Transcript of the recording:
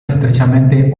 estrechamente